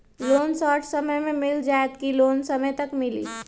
Loan short समय मे मिल जाएत कि लोन समय तक मिली?